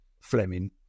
Fleming